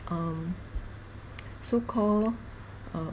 um so-called uh